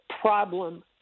problem